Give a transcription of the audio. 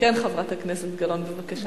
כן, חברת הכנסת גלאון, בבקשה.